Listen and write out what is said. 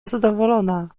zadowolona